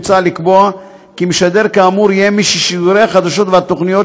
מוצע לקבוע כי משדר כאמור יהיה מי ששידורי החדשות והתוכניות